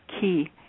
key